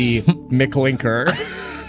McLinker